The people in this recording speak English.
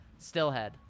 Stillhead